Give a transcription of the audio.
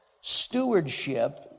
stewardship